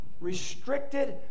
restricted